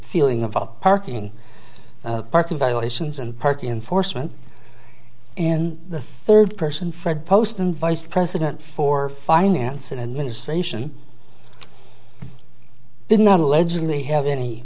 feeling of a parking parking violations and parking enforcement and the third person fred post and vice president for finance and administration did not allegedly have any